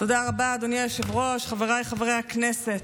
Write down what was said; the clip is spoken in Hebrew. אינו נוכח, חברת הכנסת